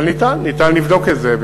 אבל ניתן, ניתן לבדוק את זה.